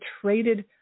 traded